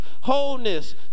wholeness